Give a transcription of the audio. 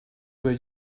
were